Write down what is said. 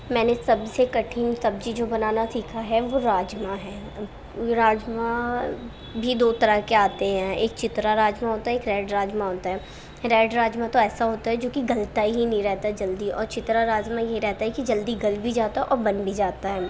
میں نے سبزی کٹھن سبزی جو بنانا سیکھا ہے وہ راجما ہے راجما بھی دو طرح کے آتے ہیں ایک چترا راجما ہوتا ہے ایک ریڈ راجما ہوتا ہے ریڈ راجما تو ایسا ہوتا ہے جو کہ گلتا ہی نہیں رہتا جلدی اور چترا راجما یہ رہتا ہے کہ جلدی گل بھی جاتا ہے اور بن بھی جاتا ہے